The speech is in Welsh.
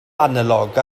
analog